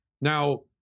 Now